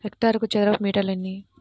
హెక్టారుకు చదరపు మీటర్లు ఎన్ని?